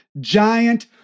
giant